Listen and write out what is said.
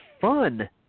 fun